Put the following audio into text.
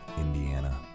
Indiana